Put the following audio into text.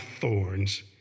thorns